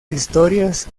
historias